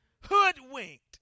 hoodwinked